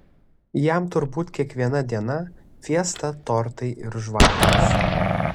jam turbūt kiekviena diena fiesta tortai ir žvakės